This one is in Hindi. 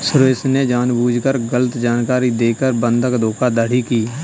सुरेश ने जानबूझकर गलत जानकारी देकर बंधक धोखाधड़ी की